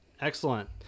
Excellent